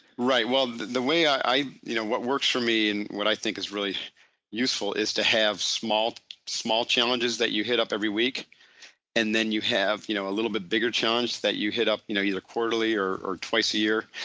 right. well, the way well you know what works for me and what i think is really useful is to have small small challenges that you hit up every week and then you have you know a little bit bigger challenge that you hit up you know either quarterly or or twice a year.